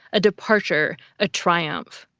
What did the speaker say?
a departure, a triumph.